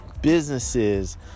businesses